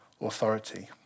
authority